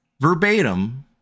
verbatim